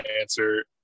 answer